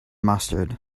mustard